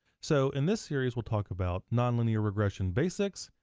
so, in this series we'll talk about nonlinear regression basics.